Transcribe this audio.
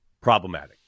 problematic